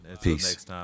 Peace